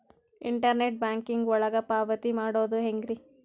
Internet banking ಒಳಗ ಪಾವತಿ ಮಾಡೋದು ಹೆಂಗ್ರಿ?